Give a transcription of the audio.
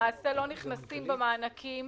למעשה לא נכנסים במענקים.